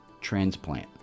transplant